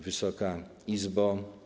Wysoka Izbo!